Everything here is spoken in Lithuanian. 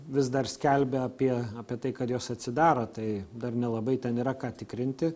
vis dar skelbia apie apie tai kad jos atsidaro tai dar nelabai ten yra ką tikrinti